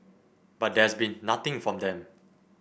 but there's been nothing from them